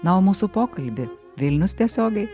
na o mūsų pokalbį vilnius tiesiogiai